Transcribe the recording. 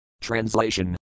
Translation